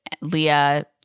Leah